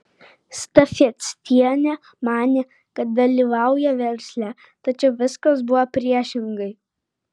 stafeckienė manė kad dalyvauja versle tačiau viskas buvo priešingai